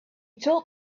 told